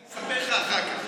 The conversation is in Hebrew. אני אספר לך אחר כך.